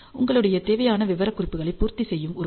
உங்களுடைய தேவையான விவரக்குறிப்புகளைப் பூர்த்தி செய்யும் ஒரு ஐ